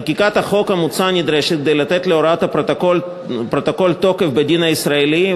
חקיקת החוק המוצע נדרשת כדי לתת להוראות הפרוטוקול תוקף בדין הישראלי,